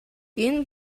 энэ